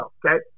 okay